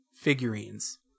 figurines